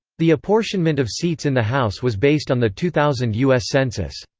the apportionment of seats in the house was based on the two thousand u s. census.